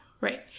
Right